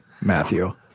Matthew